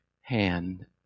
hand